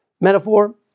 metaphor